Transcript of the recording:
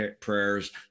prayers